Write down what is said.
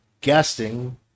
guessing